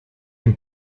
den